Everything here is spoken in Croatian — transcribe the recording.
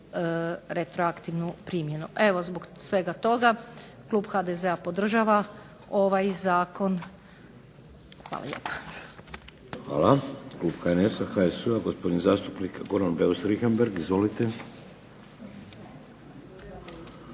retroaktivnu primjenu. Evo zbog svega toga klub HDZ-a podržava ovaj zakon. Hvala lijepa. **Šeks, Vladimir (HDZ)** Hvala. Klub HNS-a, HSU-a, gospodin zastupnik Goran Beus Richembergh. Izvolite.